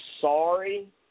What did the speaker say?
sorry